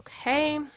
Okay